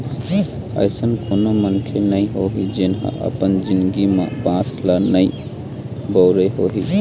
अइसन कोनो मनखे नइ होही जेन ह अपन जिनगी म बांस ल नइ बउरे होही